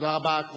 תודה רבה.